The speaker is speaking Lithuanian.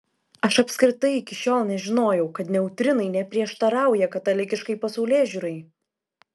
aš apskritai iki šiol nežinojau kad neutrinai neprieštarauja katalikiškai pasaulėžiūrai